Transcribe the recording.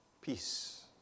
peace